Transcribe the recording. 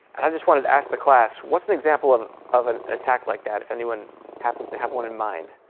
i just wanted to ask the class, what's an example of of an attack like that, if anyone happens to have one in mind?